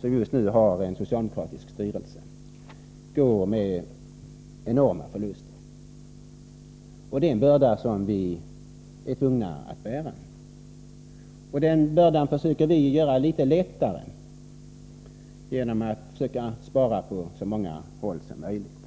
som just nu har en socialdemokratisk styrelse, går med enorma förluster. Det är en börda som vi är tvungna att bära. Och den bördan försöker vi göra litet lättare genom att spara på så många håll som möjligt.